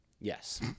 Yes